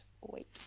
wait